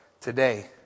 today